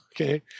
Okay